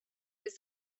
was